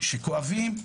שכואבים,